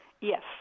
Yes